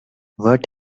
what